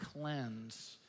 cleanse